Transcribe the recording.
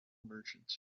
merchant